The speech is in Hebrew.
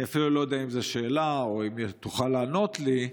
אני אפילו לא יודע אם זו שאלה או אם תוכל לענות לי.